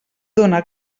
dóna